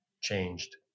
changed